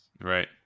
Right